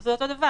זה אותו דבר.